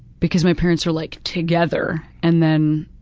because my parents are, like, together, and then,